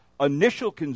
initial